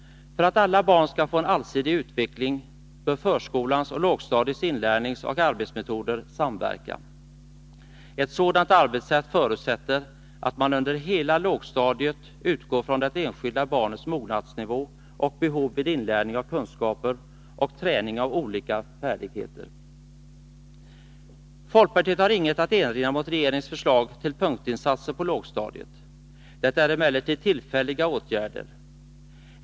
För att alla barn skall få en allsidig utveckling bör förskolans och lågstadiets inlärningsoch arbetsmetoder samverka. Ett sådant arbetssätt förutsätter att man under hela lågstadiet utgår från det enskilda barnets mognadsnivå och behov vid inlärning av kunskaper och träning av olika färdigheter. Folkpartiet har inget att erinra mot regeringens förslag till punktinsatser på lågstadiet. Det är emellertid tillfälliga åtgärder.